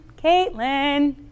Caitlin